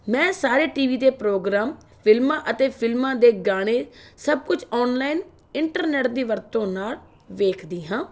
ਮੈਂ ਸਾਰੇ T V ਦੇ ਪ੍ਰੋਗਰਾਮ ਫਿਲਮਾਂ ਅਤੇ ਫਿਲਮਾਂ ਦੇ ਗਾਣੇ ਸਭ ਕੁਝ ਓਨਲਾਈਨ ਇੰਟਰਨੈੱਟ ਦੀ ਵਰਤੋਂ ਨਾਲ ਵੇਖਦੀ ਹਾਂ